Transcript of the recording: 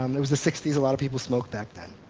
um it was the sixty s. a lot of people smoked back then.